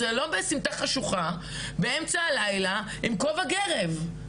זה לא בסמטה חשוכה באמצע הלילה עם כובע גרב,